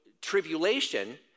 tribulation